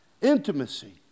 intimacy